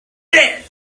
dead